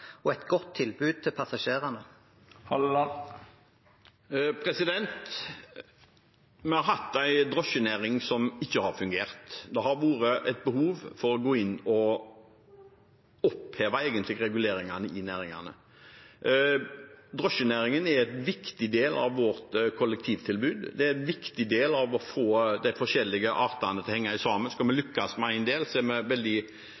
og et godt tilbud til passasjerene? Vi har hatt en drosjenæring som ikke har fungert. Det har vært et behov for å gå inn og oppheve reguleringene i næringen. Drosjenæringen er en viktig del av vårt kollektivtilbud og en viktig del av å få de forskjellige delene til å henge sammen. Skal vi lykkes med én del, er vi